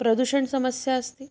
प्रदूषणसमस्या अस्ति